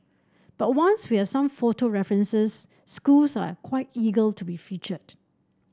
but once we have some photo references schools are quite ego to be featured